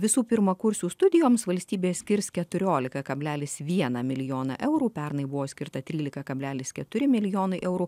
visų pirmakursių studijoms valstybė skirs keturiolika kablelis vieną milijoną eurų pernai buvo skirta trylika kablelis keturi milijonai eurų